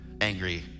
angry